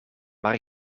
maar